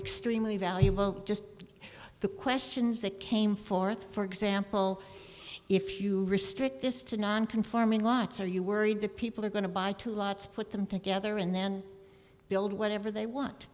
extremely valuable just the questions that came forth for example if you restrict this to non conforming lots are you worried that people are going to buy two lots put them together and then build whatever they want